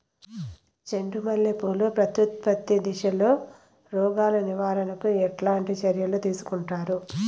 చెండు మల్లె పూలు ప్రత్యుత్పత్తి దశలో రోగాలు నివారణకు ఎట్లాంటి చర్యలు తీసుకుంటారు?